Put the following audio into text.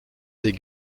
des